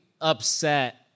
upset